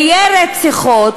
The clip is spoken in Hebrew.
יהיו רציחות,